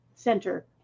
center